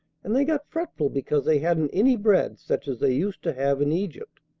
and they got fretful because they hadn't any bread such as they used to have in egypt,